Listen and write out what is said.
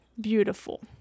beautiful